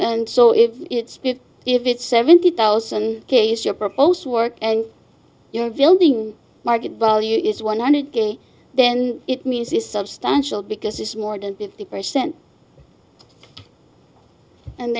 and so if it's if it's seventy thousand case your proposed work and your field being market value is one hundred then it means is substantial because it's more than fifty percent and